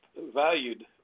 valued